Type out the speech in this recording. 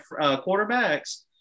quarterbacks